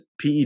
PED